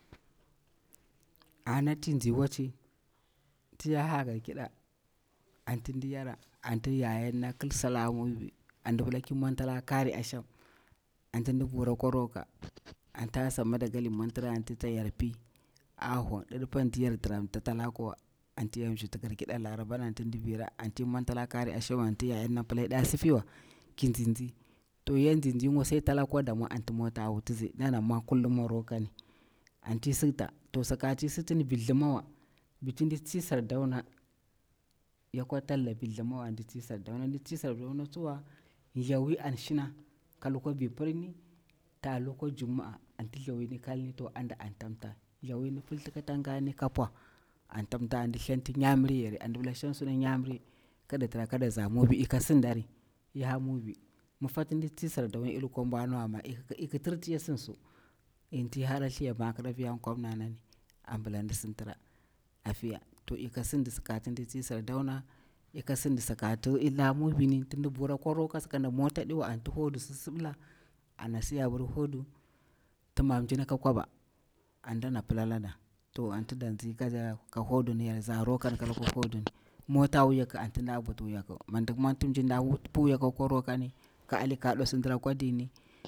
Ana tin nzi waci, tiya ha Garkida, anti di yara anti yayarna kil sal a Mubi, anti ndi pila ki mwantala karir asham, anti nɗi vura kwa roka anti Hassan Madagali mwantira, anti yar piy a hong, ɗiɗipa anti yar tiramta talaƙiwa anti yar shita Garkida laraba anti ndivira anti mwontala kari asham anti yayarna pila yada sifiwa kin nzi nzi to yan nzin nzi ngwa sai talakuwa da mwa anti mota awutitsi, ndana mwo kullum o rokan anti sikta, to saka ti siktin vir thlimawa virtin di tsi sardauna, ya kwa talla vir thlimawa anti ndi tsi sardauna din tsi sardauna tsuwa nthawi an shina ka lukwa vir pirni ta lukwa jumma'a anti nthawin kalni to anda antam mta nthawin filthi katangani kappwa antamta anti ndi thlanti nyamiri yare anti nɗi pila sheng suna nyamiri yare kada tira kada zala Mubi ika sindari ya ha mubi. Mafa tin tsi sardauna yaɗi lukwa bwana wa, amma ikitirti iki sin su, in ti hara thliya makir a fiya kwamnanani amabila nɗi sintira a fiya to ika sindi sakatin di tsi sardauna ika sin sakati ila mubini tin divura kwa roka sakanda mota antin hudu si libula anasi abir hudu timar mjir naka kwaba an dana pilalada to anti danzi ka huduni yar za rokan ka lukwa huduni mota wiyaku anti nda mbutu wuyaku mindi mwonti mji nda wuti pum wuyaku kwa rokani ka Ali Kado sintira kwa dini.